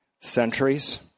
centuries